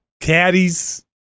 Caddies